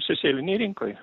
šešėlinėj rinkoj